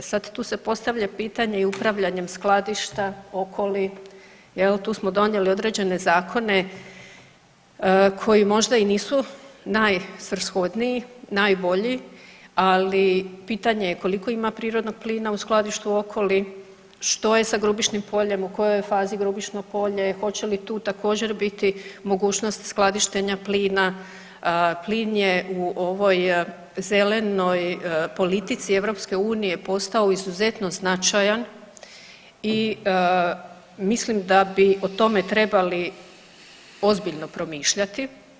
E sad tu se postavlja pitanje i upravljanjem skladišta, Okoli, je li, tu smo donijeli određene zakone, koji možda i nisu najsvrshodniji, najbolji, ali pitanje je koliko ima prirodnog plina u skladištu Okoli, što je sa Grubišnim Poljem, u kojoj je fazi Grubišno Polje, hoće li tu, također, biti mogućnost skladištenja plina, plin je u ovoj zelenoj politici EU postao izuzetno značajan i mislim da bi o tome trebali ozbiljno promišljati.